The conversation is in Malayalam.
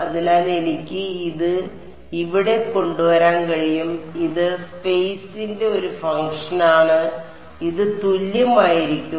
അതിനാൽ എനിക്ക് ഇത് ഇവിടെ കൊണ്ടുവരാൻ കഴിയും ഇത് സ്പെയ്സിന്റെ ഒരു ഫംഗ്ഷനാണ് ഇത് തുല്യമായിരിക്കും